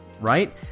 right